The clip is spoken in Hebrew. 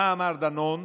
מה אמר דנון?